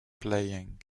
playing